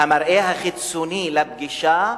והמראה החיצוני לפגישה